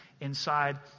inside